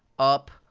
up,